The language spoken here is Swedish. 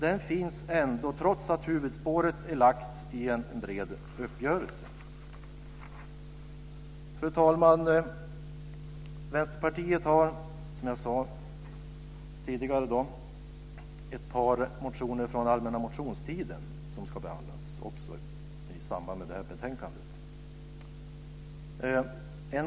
Den finns trots att huvudspåret är lagt i en bred uppgörelse. Fru talman! Vänsterpartiet har, som jag sade tidigare, ett par motioner från allmänna motionstiden som också behandlas i samband med detta betänkande.